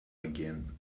again